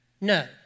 No